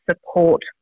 support